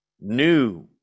new